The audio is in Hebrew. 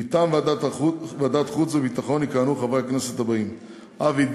מטעם ועדת החוץ והביטחון יכהנו חברי הכנסת אבי דיכטר,